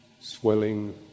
swelling